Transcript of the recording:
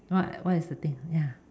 what what is the thing ya